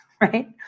right